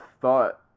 thought